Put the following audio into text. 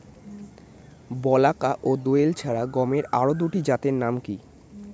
বলাকা ও দোয়েল ছাড়া গমের আরো দুটি জাতের নাম কি?